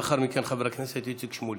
לאחר מכן, חבר הכנסת איציק שמולי.